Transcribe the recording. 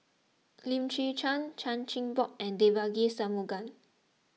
Lim Chwee Chian Chan Chin Bock and Devagi Sanmugam